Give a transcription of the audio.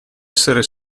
essere